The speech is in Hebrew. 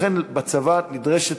לכן בצבא נדרשת,